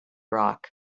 rock